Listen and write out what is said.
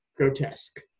grotesque